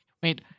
Wait